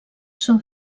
són